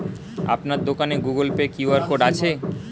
আপনার দোকানে Google pay QR code আছে?